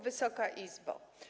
Wysoka Izbo!